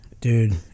Dude